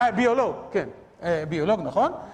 אה, ביולוג, כן. ביולוג, נכון.